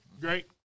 Great